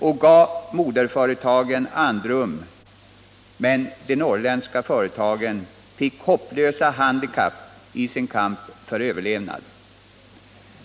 Det gav moderföretagen andrum, men de norrländska företagen fick hopplösa handikapp i sin kamp för överlevnad.